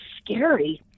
scary